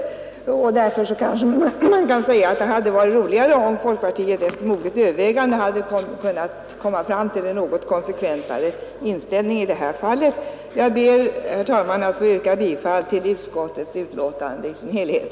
Det hade därför varit glädjande om folkpartiet efter moget övervägande kunnat komma fram till en något konsekventare inställning i detta fall. Jag ber, herr talman, att få yrka bifall till utskottets betänkande i dess helhet.